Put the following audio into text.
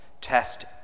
Test